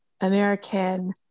American